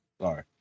Sorry